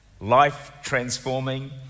life-transforming